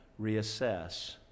reassess